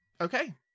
okay